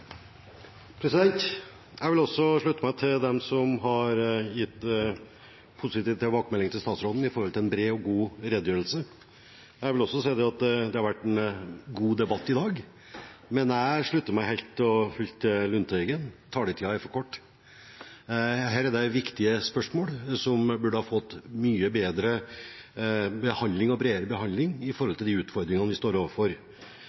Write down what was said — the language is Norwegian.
god redegjørelse. Jeg vil også si at det har vært en god debatt i dag, men jeg slutter meg helt og fullt til Lundteigen: Taletiden er for kort! Dette er viktige spørsmål, som burde ha fått mye bedre behandling, bredere behandling, med tanke på de utfordringene vi står overfor.